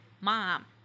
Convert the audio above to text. mom